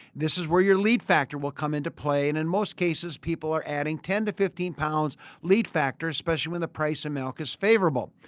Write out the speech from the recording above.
this is where your lead factor will come into play and in most cases people are adding ten fifteen lbs lead factor especially when the price of milk is favorable.